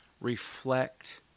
reflect